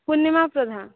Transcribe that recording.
ପୂର୍ଣ୍ଣିମା ପ୍ରଧାନ